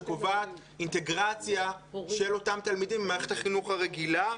שקובעת אינטגרציה של אותם תלמידים במערכת החינוך הרגילה,